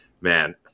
man